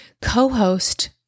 co-host